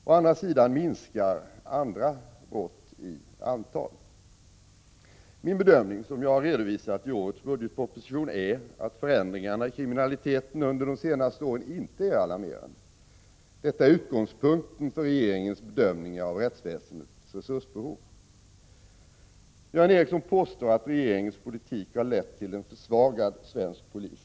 Å andra sidan minskar andra brott i antal. Min uppfattning, som jag har redovisat i årets budgetproposition, är att förändringarna i kriminaliteten under de senare åren inte är alarmerande. Detta är utgångspunkten för regeringens bedömningar av rättsväsendets resursbehov. Göran Ericsson påstår att regeringens politik har lett till en försvagad svensk polis.